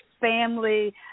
family